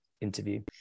interview